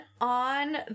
on